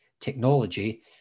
technology